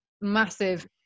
massive